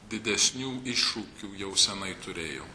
didesnių iššūkių jau senai turėjo